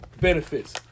benefits